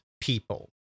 people